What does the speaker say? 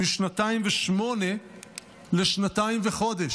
משנתיים ושמונה חודשים לשנתיים וחודש.